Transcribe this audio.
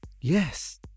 Yes